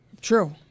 True